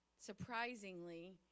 surprisingly